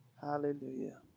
Hallelujah